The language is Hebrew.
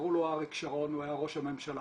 קראו לו אריק שרון, הוא היה ראש הממשלה.